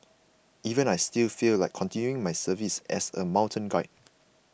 even I still feel like continuing my services as a mountain guide